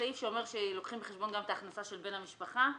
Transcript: הסעיף שאומר שלוקחים בחשבון גם את ההכנסה של בן המשפחה נמחק.